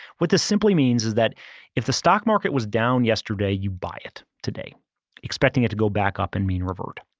what this simply means is that if the stock market was down yesterday, you buy it today expecting it to go back up and mean revert.